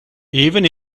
even